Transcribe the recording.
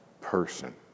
person